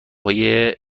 های